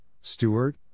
Stewart